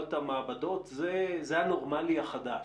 בפעולות המעבדות זה הנורמלי החדש.